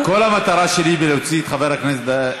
כל המטרה שלי בלהוציא את חבר הכנסת,